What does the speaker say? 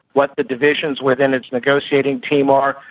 what the divisions within its negotiating team are,